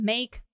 Make